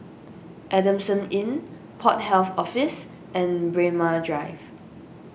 Adamson Inn Port Health Office and Braemar Drive